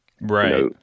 Right